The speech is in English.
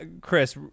Chris